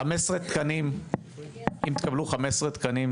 אם תקבלו 15 תקנים,